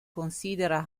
considera